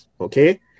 Okay